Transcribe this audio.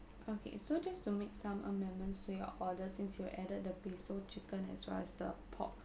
okay so just to make some amendments to your order since you added the basil chicken as well as the pork